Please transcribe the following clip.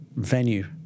venue